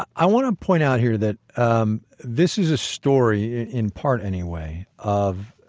i want to point out here that um this is a story, in part, anyway, of